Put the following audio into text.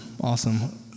awesome